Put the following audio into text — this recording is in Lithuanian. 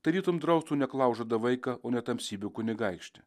tarytum draustų neklaužadą vaiką o ne tamsybių kunigaikštį